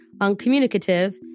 uncommunicative